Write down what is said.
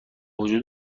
وجود